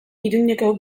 iruñeko